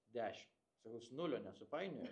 dešim sakau jūs nulio nesupainiojot